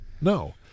No